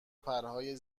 پرهای